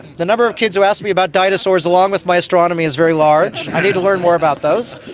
the number of kids who ask me about dinosaurs along with my astronomy is very large, i need to learn more about those.